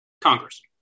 Congress